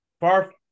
far